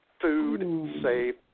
food-safe